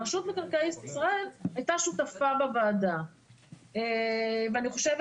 רשות מקרקעי ישראל הייתה שותפה בוועדה ואני חושבת